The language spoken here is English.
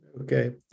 okay